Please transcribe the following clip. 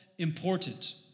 Important